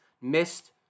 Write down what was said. missed